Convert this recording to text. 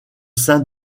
sein